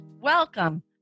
Welcome